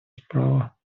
справа